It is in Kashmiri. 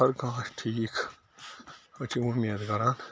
ہر کانٛہہِ آسہِ ٹھیٖک أسۍ چھِ اُمید کَران